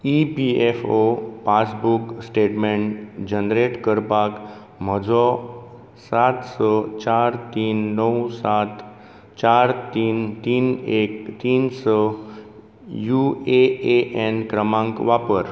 E P F O passbook statement generate करपाक म्हजो सात स चार तीन णव सात चार तीन तीन एक तीन स यु ए ए एन क्रमांक वापर